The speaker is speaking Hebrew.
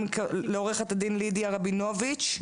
לידיה רבינוביץ'